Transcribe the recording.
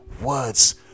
words